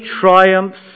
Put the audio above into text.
triumphs